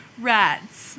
Rats